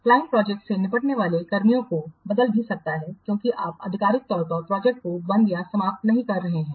client प्रोजेक्टसे निपटने वाले कर्मियों को बदल भी सकता है क्योंकि आप आधिकारिक तौर पर प्रोजेक्टको बंद या समाप्त नहीं कर रहे हैं